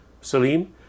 Salim